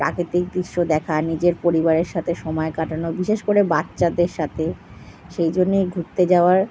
প্রাকৃতিক দৃশ্য দেখার নিজের পরিবারের সাথে সময় কাটানো বিশেষ করে বাচ্চাদের সাতে সেই জন্যই ঘুরতে যাওয়ার